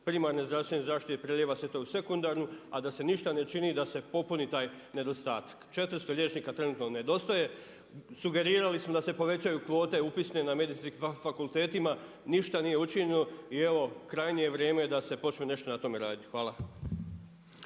primarne zdravstvene zaštite i prelijeva se to u sekundarnu, a da se ništa ne čini, da se popuni taj nedostatak. 400 liječnika trenutno nedostaje, sugerirali smo da se povećaju kvote upisne na Medicinskim fakultetima, ništa nije učinjeno i evo krajnje je vrijeme da se počne nešto na tome raditi. Hvala.